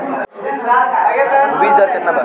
बीज दर केतना वा?